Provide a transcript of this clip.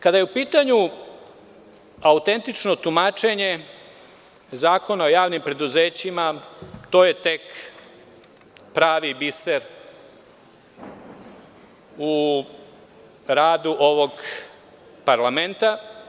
Kada je upitanju autentično tumačenje Zakona o javnim preduzećima, to je tek pravi biser u radu ovog parlamenta.